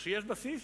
וכשיש בסיס,